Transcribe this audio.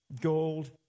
Gold